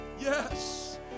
Yes